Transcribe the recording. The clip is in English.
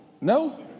No